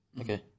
Okay